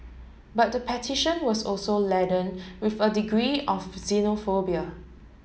but the petition was also laden with a degree of xenophobia